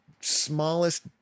smallest